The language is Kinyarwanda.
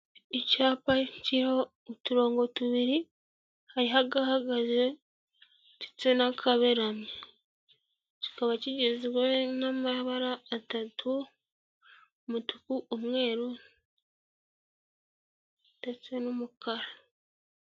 Icyapa kiriho uturongo tubiri hari agahagaze ndetse n'akaberamye kikaba kigizwe n'amabara atatu umutuku, umweru, ndetse n'umukara.